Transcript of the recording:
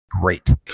Great